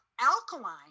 alkaline